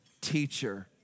teacher